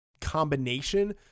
combination